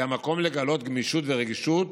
היה מקום לגלות גמישות ורגישות